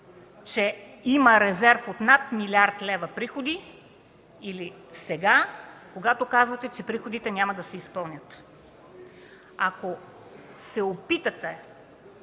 че има резерв от над 1 млрд. лв. приходи, или сега, когато казвате, че приходите няма да се изпълнят? Ако се опитате,